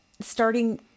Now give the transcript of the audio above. Starting